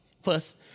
first